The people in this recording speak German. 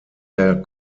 der